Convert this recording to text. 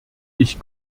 ich